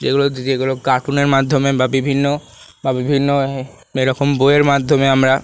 যেগুলো কার্টুনের মাধ্যমে বা বিভিন্ন বা বিভিন্ন এরকম বইয়ের মাধ্যমে আমারা